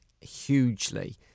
hugely